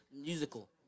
musical